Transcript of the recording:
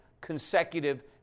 consecutive